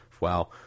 Wow